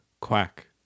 quack